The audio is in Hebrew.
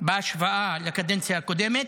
בהשוואה לקדנציה הקודמת,